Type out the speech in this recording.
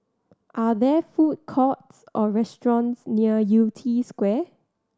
are there food courts or restaurants near Yew Tee Square